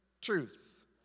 truth